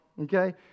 Okay